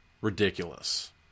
ridiculous